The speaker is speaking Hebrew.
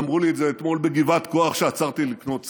אמרו לי את זה אתמול בגבעת כ"ח כשעצרתי לקנות סנדוויץ',